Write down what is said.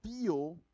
feel